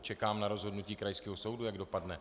Čekám na rozhodnutí krajského soudu, jak dopadne.